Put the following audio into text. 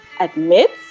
admits